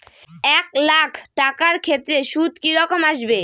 এক লাখ টাকার ক্ষেত্রে সুদ কি রকম আসবে?